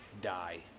die